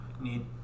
Need